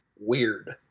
Weird